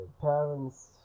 parents